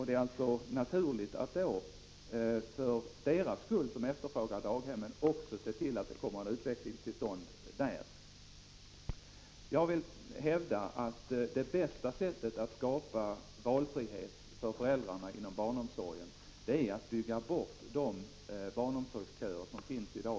Det är då naturligt att se till att utvecklingen kommer till stånd där. Det bästa sättet att skapa valfrihet för föräldrarna inom barnomsorgen är att bygga bort de barnomsorgsköer som finns i dag.